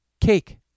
cake